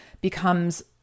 becomes